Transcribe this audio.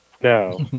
No